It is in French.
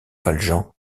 valjean